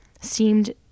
seemed